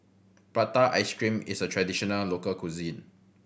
prata ice cream is a traditional local cuisine